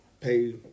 pay